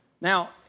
Now